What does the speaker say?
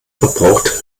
verbraucht